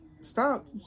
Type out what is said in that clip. Stop